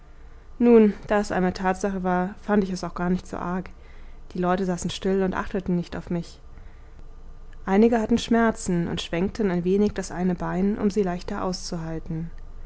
nun da es einmal tatsache war fand ich es auch gar nicht so arg die leute saßen still und achteten nicht auf mich einige hatten schmerzen und schwenkten ein wenig das eine bein um sie leichter auszuhalten